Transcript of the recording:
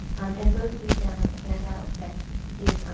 and those will be found on the handout that is,